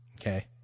Okay